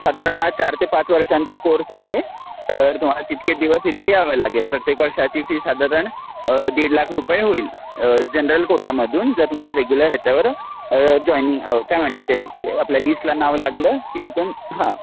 साधारण हा चार ते पाच वर्षांचा कोर्स आहे तर तुम्हाला तितके दिवस इथे यावं लागेल प्रत्येक वर्षाची फी साधारण दीड लाख रुपये होईल जनरल कोटामधून जर तुमच्या रेग्युलर ह्याच्यावर जॉईनिंग काय म्हणतात ते आपल्या लिस्टला नाव लागलं की तिथून हां